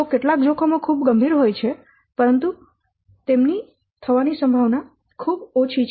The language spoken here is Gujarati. તો કેટલાક જોખમો ખૂબ ગંભીર હોય છે પરંતુ તેમની થવાની સંભાવના ખૂબ ઓછી છે